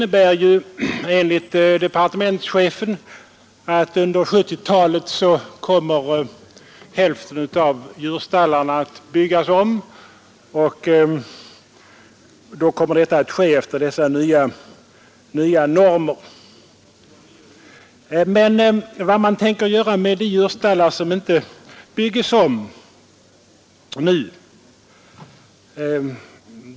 Enligt departementschefen kommer hälften av djurstallarna att byggas om under 1970-talet enligt dessa nya normer. Men vad tänker man göra med de djurstallar som inte byggs om nu?